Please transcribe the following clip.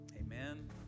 Amen